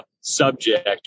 subject